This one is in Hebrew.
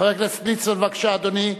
חבר הכנסת יעקב ליצמן, בבקשה, אדוני.